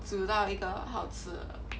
煮到一个好吃